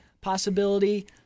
possibility